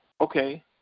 Okay